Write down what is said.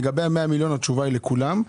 לגבי 100 מיליון התשובה לכולם.